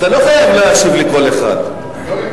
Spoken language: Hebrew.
אתה לא חייב להשיב לכל אחד ולהפריע.